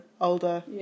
older